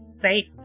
safe